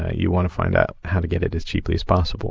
ah you want to find out how to get it as cheaply as possible